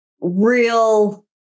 real